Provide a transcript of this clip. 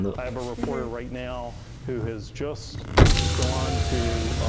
i have a reporter right now who has just gone to,